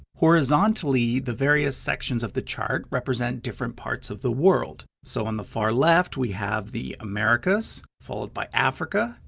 horizontally, the various sections of the chart represent different parts of the world. so, on the far left, we have the americas, followed by africa,